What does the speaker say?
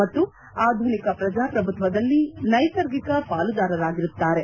ಮತ್ತು ಆಧುನಿಕ ಪ್ರಜಾಪ್ರಭುತ್ವದಲ್ಲಿ ನೈಸರ್ಗಿಕ ಪಾಲುದಾರರಾಗಿರುತ್ತಾರೆ